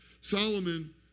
Solomon